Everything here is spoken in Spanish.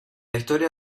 historia